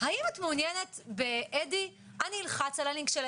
מה עושים לא עלינו ביום הדין כשצריך להוציא את